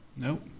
Nope